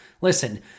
Listen